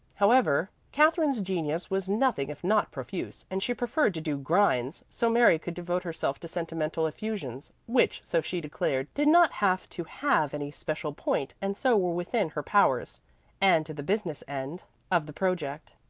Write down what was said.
however, katherine's genius was nothing if not profuse, and she preferred to do grinds, so mary could devote herself to sentimental effusions which, so she declared, did not have to have any special point and so were within her powers and to the business end of the project.